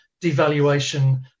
devaluation